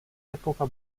epoca